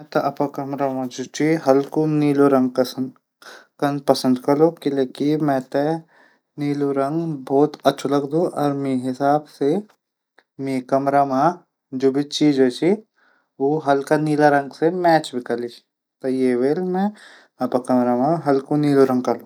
मीत अपडू कमरा मा हल्कू नीलू रंग पंसद करदू किलेकी नीलू रंग बहुत अछू लगदू मेरा कमर जू भी चीज छन हल्कू नीला रःग से मैच भी करदा। ये वजह से मि हल्कू नीलू रंग करदू।